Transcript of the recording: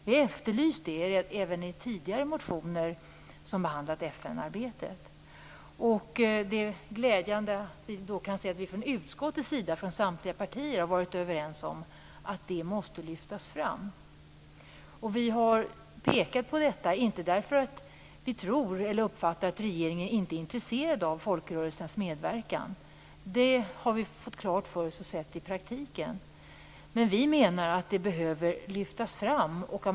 Vi har efterlyst det även i tidigare motioner som har behandlat FN-arbetet. Det är glädjande att vi kan se att man från utskottets sida från samtliga partier har varit överens om att det måste lyftas fram. Vi har pekat på detta inte därför att vi tror att regeringen inte är intresserad av folkrörelsernas medverkan. Det har vi fått klart för oss och sett i praktiken. Men vi menar att det behöver lyftas fram.